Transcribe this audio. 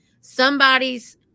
somebody's